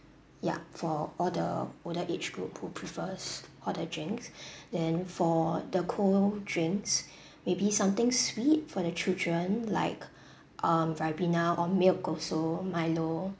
yup for all the older age group who prefers hotter drinks then for the cold drinks maybe something sweet for the children like um ribena or milk also milo